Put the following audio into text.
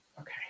Okay